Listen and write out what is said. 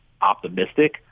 optimistic